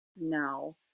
No